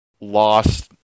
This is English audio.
lost